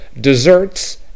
desserts